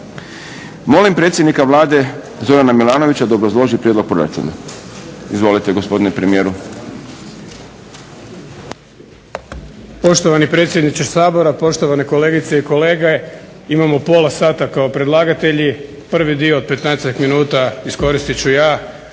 Molim predsjednika Vlade Zoran Milanovića da obrazloži prijedlog proračuna. Izvolite gospodine premijeru. **Milanović, Zoran (SDP)** Poštovani predsjedniče Sabora, poštovane kolegice i kolege, imamo pola sata kao predlagatelji. Prvi dio od petnaestak minuta iskoristit ću ja,